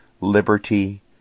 liberty